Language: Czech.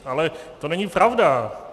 Ale to není pravda.